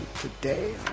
today